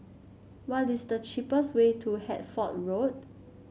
what is the cheapest way to Hertford Road